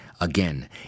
Again